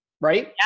right